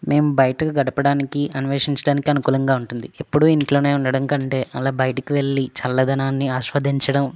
మేము బయటకి గడపడానికి అన్వేషించడానికి అనుకూలంగా ఉంటుంది ఎప్పుడూ ఇంట్లోనే ఉండడం కంటే ఆలా బయటకి వెళ్లి చల్లదనాన్ని ఆస్వాదించడం